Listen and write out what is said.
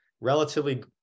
relatively